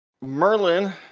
Merlin